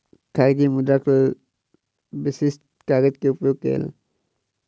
कागजी मुद्राक लेल विशिष्ठ कागज के उपयोग गेल